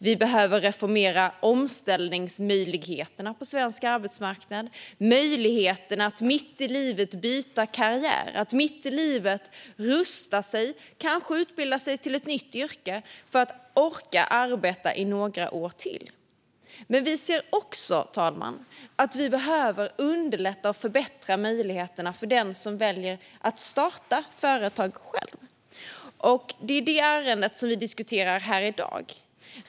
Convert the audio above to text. Vi behöver reformera omställningsmöjligheterna på svensk arbetsmarknad - möjligheterna att mitt i livet byta karriär och att rusta sig, kanske utbilda sig till ett nytt yrke, för att orka arbeta i några år till. Vi ser också, fru talman, att man behöver underlätta och förbättra möjligheterna för den som väljer att starta företag. Det är detta ärende som vi diskuterar här i dag.